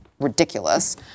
ridiculous